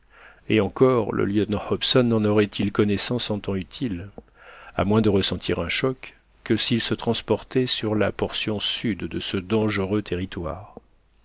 et encore le lieutenant hobson n'en aurait-il connaissance en temps utile à moins de ressentir un choc que s'il se transportait sur la portion sud de ce dangereux territoire